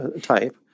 type